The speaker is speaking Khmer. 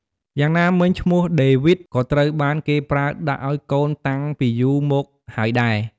យ៉ាងណាមិញឈ្មោះដេវីដ (David) ក៏ត្រូវបានគេប្រើដាក់អោយកូនតាំងពីយូរមកហើយដែរ។